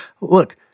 Look